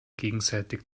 gegenseitig